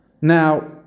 Now